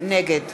נגד